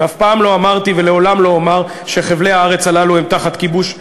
ואף פעם לא אמרתי ולעולם לא אומר שחבלי הארץ הללו הם תחת כיבוש.